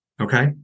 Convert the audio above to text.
Okay